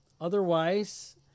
Otherwise